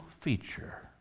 feature